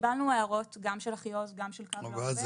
קיבלנו הערות, גם של אחיעוז וגם של 'קו לעובד',